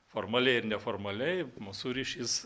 formaliai ir neformaliai mūsų ryšys